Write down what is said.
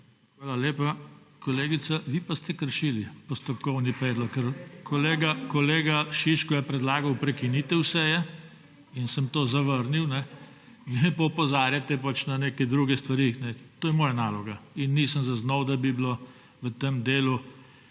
Hvala lepa. Kolegica, vi pa ste kršili postopkovni predlog, ker kolega Šiško je predlagal prekinitev seje in sem to zavrnil, vi pa opozarjate na neke druge stvari. To je moja naloga in nisem zaznal, da bi bilo v tem delu